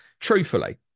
truthfully